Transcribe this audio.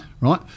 Right